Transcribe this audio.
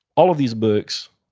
all of these books,